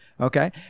Okay